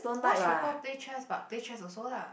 watch people play chess but play chess also lah